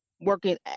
working